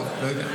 לא, לא יודע.